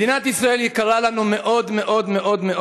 מדינת ישראל יקרה לנו מאוד מאוד מאוד מאוד,